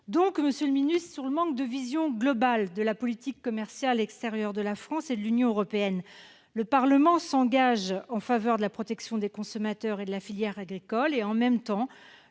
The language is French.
d'État, je m'interroge sur le manque de vision globale de la politique commerciale extérieure de la France et de l'Union européenne : le Parlement s'engage en faveur de la protection des consommateurs et de la filière agricole et, dans le même temps,